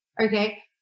Okay